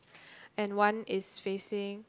and one is facing